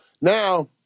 now